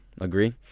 Agree